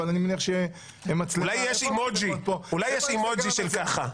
אבל אני מניח שמצלמה --- אולי יש אימוג'י של ככה?